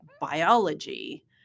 biology